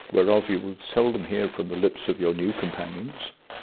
whereof you would seldom hear from the lips of your new companions.